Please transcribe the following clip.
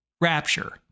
rapture